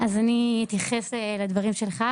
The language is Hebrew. אני אתייחס לדברים שלך.